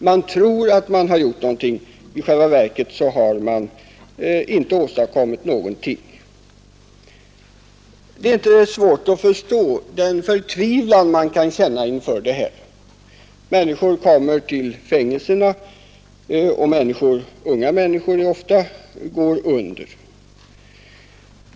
— Man tror att man har gjort någonting, men i själva verket har man inte åstadkommit något. Det är inte svårt att förstå den förtvivlan människor kan känna inför de här problemen. Människor kommer till fängelserna och människor — ofta unga — går under.